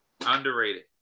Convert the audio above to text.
Underrated